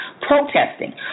protesting